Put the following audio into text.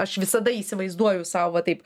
aš visada įsivaizduoju sau va taip